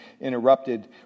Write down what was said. interrupted